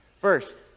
First